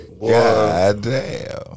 Goddamn